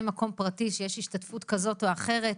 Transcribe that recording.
מקום פרטי ובו יש השתתפות כזאת או אחרת.